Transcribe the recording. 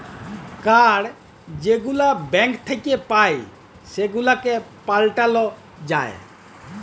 card যেগুলা bank থ্যাইকে পাই সেগুলাকে পাল্টাল যায়